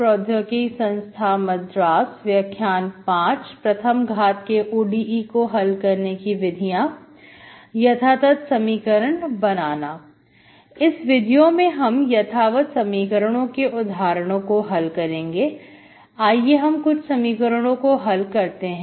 प्रथम घात के ODE को हल करने की विधियां यथातथ समीकरण बनाना इस वीडियो में हम यथावत समीकरणों के कुछ उदाहरणों को हल करेंगे आइए हम कुछ समीकरणों को हल करते हैं